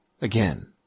Again